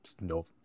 no